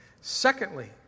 Secondly